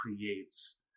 creates